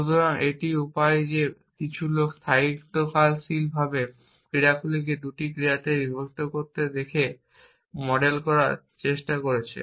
সুতরাং একটি উপায় যে কিছু লোক স্থায়িত্বশীল ক্রিয়াগুলিকে দুটি ক্রিয়াতে বিভক্ত করতে দেখে মডেল করার চেষ্টা করেছে